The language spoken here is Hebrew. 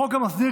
החוק גם מסדיר,